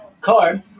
car